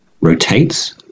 rotates